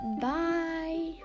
bye